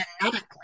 genetically